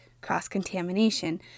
cross-contamination